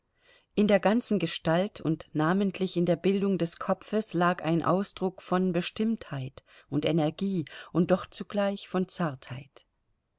in der ganzen gestalt und namentlich in der bildung des kopfes lag ein ausdruck von bestimmtheit und energie und doch zugleich von zartheit